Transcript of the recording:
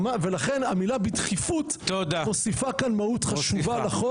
ולכן המילה 'בדחיפות' מוסיפה כאן מהות חשובה לחוק.